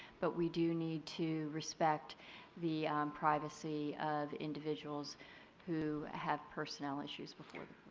but we do need to respect the privacy of individuals who have personnel issues before the